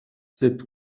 cet